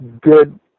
good